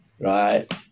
right